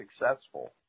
successful